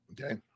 Okay